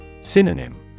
Synonym